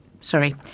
Sorry